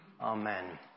Amen